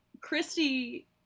Christy